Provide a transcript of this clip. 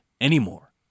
anymore